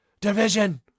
division